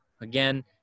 Again